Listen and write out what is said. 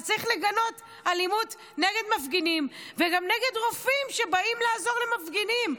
אז צריך לגנות אלימות נגד מפגינים וגם נגד רופאים שבאים לעזור למפגינים.